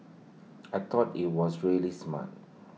I thought IT was really smart